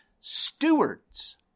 stewards